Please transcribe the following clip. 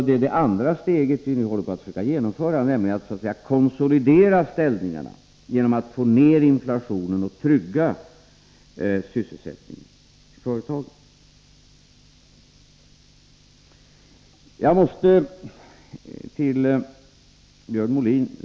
Det är det andra steget som vi nu försöker genomföra, nämligen att konsolidera ställningarna genom att få ned inflationen och trygga sysselsättningen i företagen.